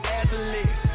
athlete